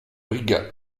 riga